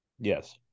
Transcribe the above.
Yes